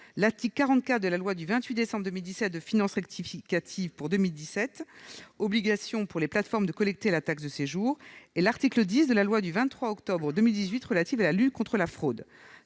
l'article 44 de la loi du 28 décembre 2017 de finances rectificative pour 2017, qui prévoit l'obligation pour les plateformes de collecter la taxe de séjour, et par l'article 10 de la loi du 23 octobre 2018 relative à la lutte contre la fraude,